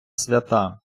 свята